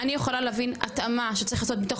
אני יכולה להבין התאמה שצריך לעשות מתוך